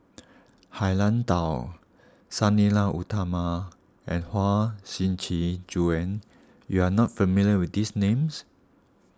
Han Lao Da Sang Nila Utama and Huang Shiqi Joan you are not familiar with these names